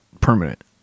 permanent